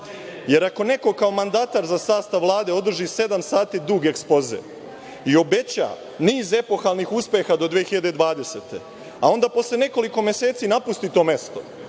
Vlade. Ako neko kao mandatar za sastav Vlade održi sedam sati dug ekspoze i obeća niz epohalnih uspeha do 2020. godine, a onda posle nekoliko meseci napusti to mesto,